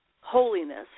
holiness